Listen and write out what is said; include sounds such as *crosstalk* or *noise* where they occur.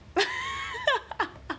*laughs*